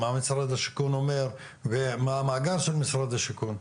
מה משרד השיכון אומר ומה המאגר של משרד השיכון.